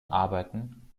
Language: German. arbeiten